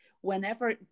whenever